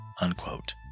unquote